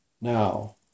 Now